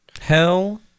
Hell